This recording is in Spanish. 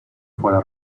fuera